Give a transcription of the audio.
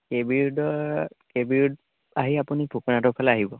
এ B ৰোডৰ A B road আহি আপুনি ভূপেন ৰোডৰ ফালে আহিব